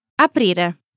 Aprire